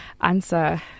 Answer